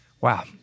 Wow